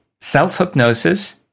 Self-Hypnosis